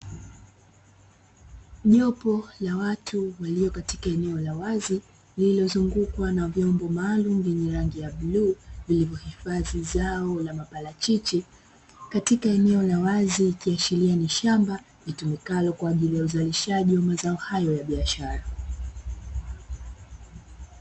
Jopo la watu waliokatika eneo la wazi lililozungukwa na vyombo maalumu vyenye rangi ya buluu vilivyohifadhi zao la maparachichi katika eneo la wazi, ikiashiria ni shamba litumikalo kwa ajili ya uzalishaji wa mazao hayo ya biashara.